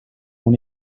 una